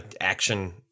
action